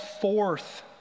forth